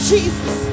Jesus